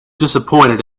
disappointed